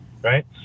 right